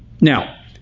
Now